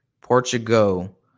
Portugal